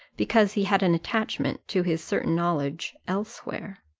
because he had an attachment, to his certain knowledge, elsewhere.